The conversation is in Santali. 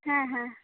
ᱦᱮᱸ ᱦᱮᱸ